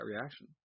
reaction